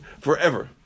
forever